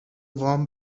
وام